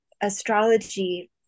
astrology